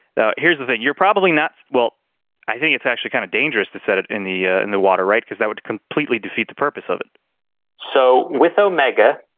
now here's the thing. you're probably not. well i think it's actually kind of dangerous to set it in the in the water, right? because that would completely defeat the purpose of it. c so with omega